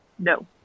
No